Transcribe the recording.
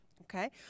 Okay